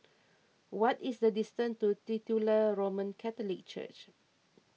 what is the distance to Titular Roman Catholic Church